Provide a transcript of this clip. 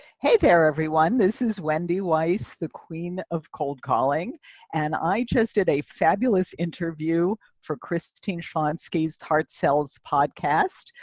hey there everyone, this is wendy weiss the queen of cold calling and i just did a fabulous interview for christine schlonski's heart sells! podcast.